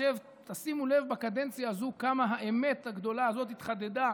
ותשימו לב בקדנציה הזו כמה האמת הגדולה הזו התחדדה.